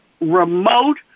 remote